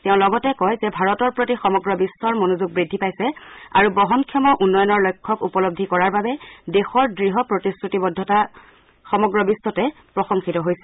তেওঁ লগতে কয় যে ভাৰতৰ প্ৰতি সমগ্ৰ বিখৰ মনোযোগ বুদ্ধি পাইছে আৰু বহনক্ষম উন্নয়নৰ লক্ষ্যক উপলব্ধি কৰাৰ বাবে দেশৰ দঢ় প্ৰতিশ্ৰতিবদ্ধতা সমগ্ৰ বিশ্বতে প্ৰশংসিত হৈছে